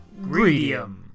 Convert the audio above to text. Greedium